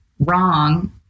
wrong